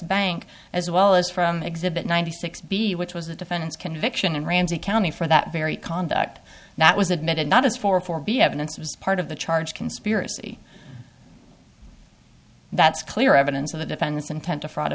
bank as well as from exhibit ninety six b which was the defendant's conviction in ramsey county for that very conduct that was admitted not as for for be evidence as part of the charge conspiracy that's clear evidence of the defendant's intent to fr